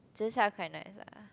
zi-char quite nice ah